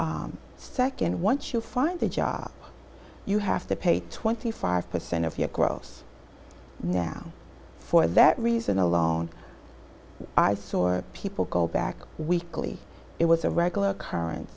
back second once you find a job you have to pay twenty five percent of your gross now for that reason alone i sor people go back weekly it was a regular occurren